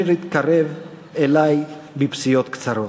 / בישיש האומלל, אשר התקרב אלי / בפסיעות קצרות.